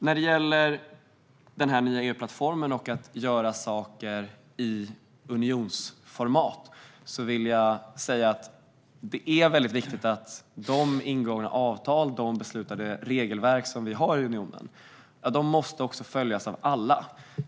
När det gäller den nya EU-plattformen och att göra saker i unionsformat vill jag säga att de ingångna avtal och de beslutade regelverk som vi har i unionen måste följas av alla.